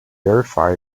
verify